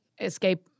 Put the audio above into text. escape